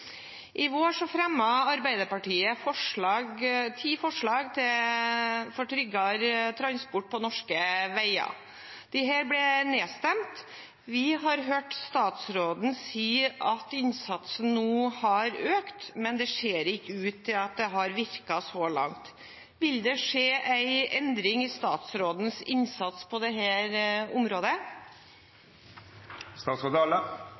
I vår fremmet Arbeiderpartiet ti forslag for tryggere transport på norske veier. Disse ble nedstemt av regjeringspartiene. Vi har hørt statsråden si at innsatsen er økt, men det ser ikke ut til at det har virket. Vil det skje en endring i statsrådens innsats på dette området?» Aller først: Når representanten forsøkjer å gje inntrykk av at det